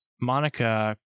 Monica